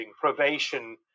probation